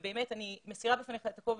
באמת, אני מסירה בפניך את הכובע,